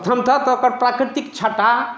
प्रथमतः तऽ ओकर प्राकृतिक छटा